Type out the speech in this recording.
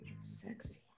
sexy